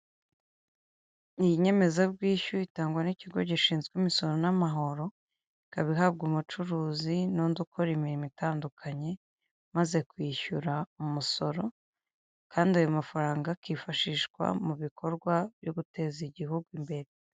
Iyi nyemezabwishyu itangwa n'ikigo gishinzwe imisoro n'amahoro ikaba ihabwa umucuruzi n'undi ukora imirimo itandukanye maze kwishyura umusoro kandi ayo mafaranga akifashishwa mu bikorwa byo guteza igihugu imbere.